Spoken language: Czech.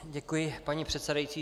Děkuji, paní předsedající.